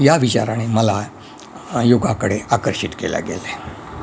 या विचाराने मला योगाकडे आकर्षित केले गेले